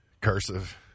Cursive